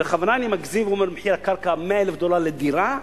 אם אני בכוונה מגזים ואומר שמחיר הקרקע הוא 100,000 דולר לדירה,